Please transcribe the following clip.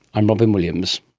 i'm robyn williams